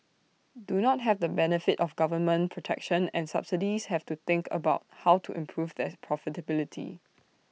do not have the benefit of government protection and subsidies have to think about how to improve their profitability